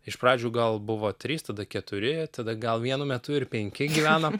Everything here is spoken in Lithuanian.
iš pradžių gal buvo trys tada keturi tada gal vienu metu ir penki gyvenom